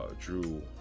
drew